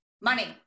money